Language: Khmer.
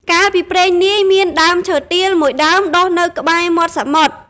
កាលពីព្រេងនាយ មានដើមឈើទាល មួយដើមដុះនៅក្បែរមាត់សមុទ្រ។